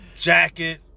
jacket